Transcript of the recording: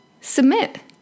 submit